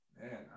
Man